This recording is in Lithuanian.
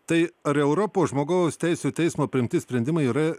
tai ar europos žmogaus teisių teismo priimti sprendimai yra